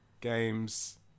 Games